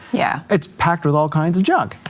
yeah it's packed with all kinds of junk.